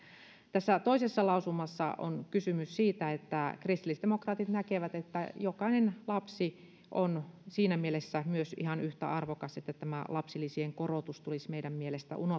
tässä toisessa lausumassa on kysymys siitä että kristillisdemokraatit näkevät että jokainen lapsi on siinä mielessä myös ihan yhtä arvokas että tämä lapsilisien korotus tulisi meidän mielestämme